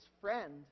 friend